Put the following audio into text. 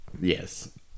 Yes